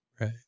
Right